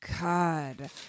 God